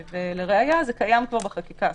ולראיה זה קיים כבר בחקיקה.